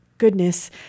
goodness